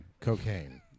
Cocaine